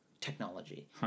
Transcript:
technology